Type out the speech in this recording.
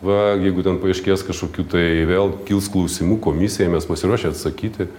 va jeigu ten paaiškės kažkokių tai vėl kils klausimų komisijai mes pasiruošę atsakyti